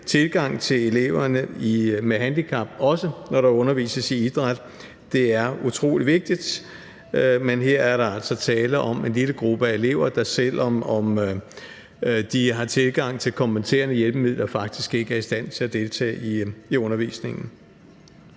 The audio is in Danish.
tilgang til elever med handicap, også når der undervises i idræt, er utrolig vigtigt. Men her er der altså tale om en lille gruppe af elever, der, selv om de har adgang til kompenserende hjælpemidler, faktisk ikke er i stand til at deltage i undervisningen.